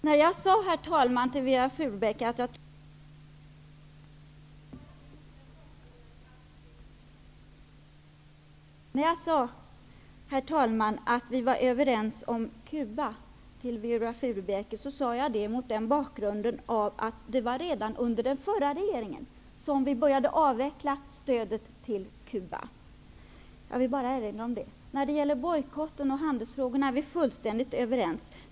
Herr talman! När jag sade till Viola Furubjelke att vi var överens om Cuba, sade jag det mot bakgrund av att man redan under den förra regeringen började avveckla stödet till Cuba. Jag vill bara erinra om det. När det gäller bojkotten och handelsfrågorna är vi fullständigt överens.